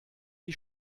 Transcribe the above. die